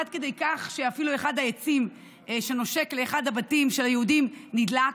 עד כדי כך שאפילו אחד העצים שנושק לאחד הבתים של היהודים נדלק.